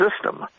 system